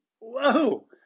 whoa